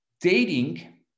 Dating